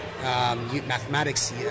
mathematics